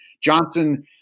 Johnson